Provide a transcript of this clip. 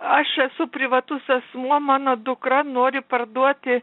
aš esu privatus asmuo mano dukra nori parduoti